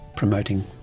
promoting